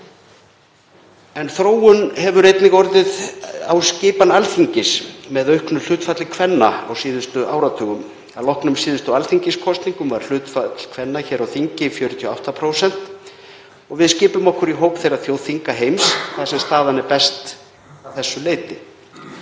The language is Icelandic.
En þróun hefur einnig orðið í skipan Alþingis með auknu hlutfalli kvenna á síðustu áratugum. Að loknum síðustu alþingiskosningum var hlutfall kvenna tæp 48% og skipum við okkur í hóp þeirra þjóðþinga heims þar sem staðan er best. Er það einkar